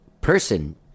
person